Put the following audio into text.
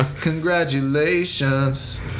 Congratulations